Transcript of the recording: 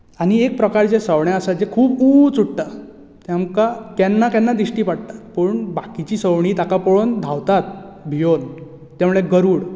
आनी एक प्रकारचें सवणें आसा जें खूब उंच उडटा ते आमकां केन्ना केन्ना दिश्टी पडटा पूण बाकीचीं सवणी ताका पळोवन धांवतात भिवून तें म्हळ्यार गरूड